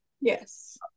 Yes